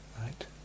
right